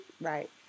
Right